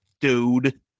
dude